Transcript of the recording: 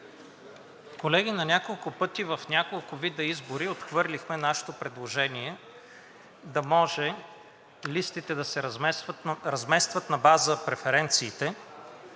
Колеги, на няколко пъти в няколко вида избори отхвърлихме нашето предложение да може листите да се разместват на база преференциите,